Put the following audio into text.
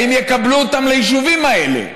האם יקבלו אותם ליישובים האלה?